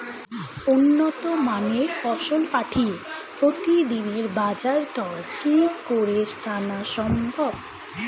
উন্নত মানের ফসল পাঠিয়ে প্রতিদিনের বাজার দর কি করে জানা সম্ভব?